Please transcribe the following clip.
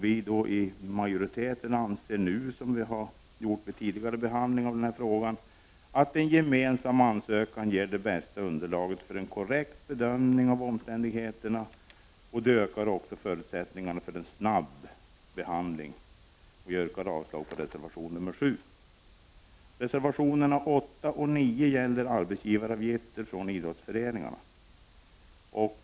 Utskottsmajoriteten anser nu, liksom vid tidigare behandling av frågan, att en gemensam ansökan ger det bästa underlaget för en korrekt bedömning av omständigheterna och också ökar förutsättningarna för en snabb handläggning. Jag yrkar avslag på reservation nr 7. Reservationerna nr 8 och 9 gäller arbetsgivaravgifter från idrottsföreningar.